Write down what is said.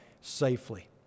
safely